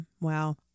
Wow